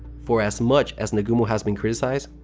for as much as nagumo has been criticized,